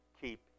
keep